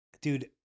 Dude